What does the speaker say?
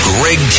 Greg